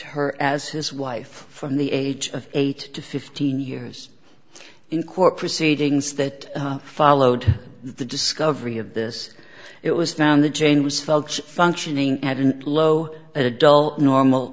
her as his wife from the age of eight to fifteen years in court proceedings that followed the discovery of this it was found the chain was folks functioning at a low adult normal